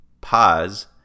pause